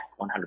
100%